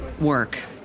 work